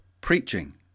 preaching